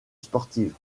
sportive